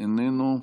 איננו,